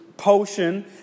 Potion